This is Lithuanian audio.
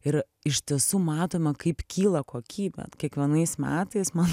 ir iš tiesų matome kaip kyla kokybė kiekvienais metais man